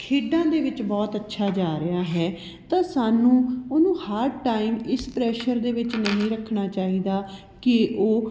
ਖੇਡਾਂ ਦੇ ਵਿੱਚ ਬਹੁਤ ਅੱਛਾ ਜਾ ਰਿਹਾ ਹੈ ਤਾਂ ਸਾਨੂੰ ਉਹਨੂੰ ਹਰ ਟਾਇਮ ਇਸ ਪ੍ਰੈਸ਼ਰ ਦੇ ਵਿੱਚ ਨਹੀਂ ਰੱਖਣਾ ਚਾਹੀਦਾ ਕਿ ਉਹ